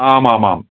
आमामाम्